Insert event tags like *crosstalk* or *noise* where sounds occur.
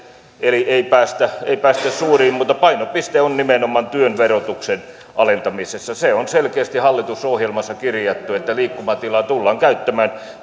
eli ei päästä ei päästä suuriin mutta painopiste on nimenomaan työn verotuksen alentamisessa se on selkeästi hallitusohjelmassa kirjattu että liikkumatilaa tullaan käyttämään *unintelligible*